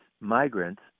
migrants